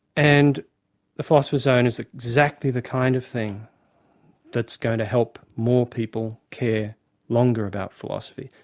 and the philosopher's zone is exactly the kind of thing that's going to help more people care longer about philosophy,